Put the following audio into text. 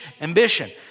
ambition